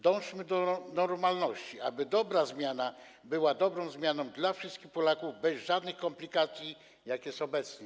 Dążmy do normalności, aby dobra zmiana była dobrą zmianą dla wszystkich Polaków bez żadnych komplikacji, jak jest obecnie.